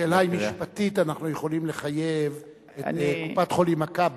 השאלה היא אם משפטית אנחנו יכולים לחייב את קופת-חולים "מכבי".